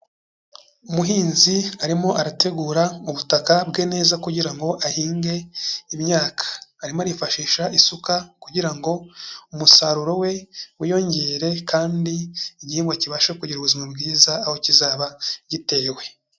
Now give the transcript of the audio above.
Umuhinzi arimo arategura ubutaka bwe neza kugira ngo ahinge imyaka, arimo arifashisha isuka kugira ngo umusaruro we wiyongere kandi igihingwa kibashe kugira ubuzima bwiza aho kizaba gitewe.